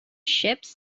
ships